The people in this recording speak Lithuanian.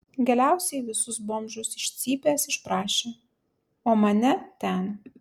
galiausiai visus bomžus iš cypės išprašė o mane ten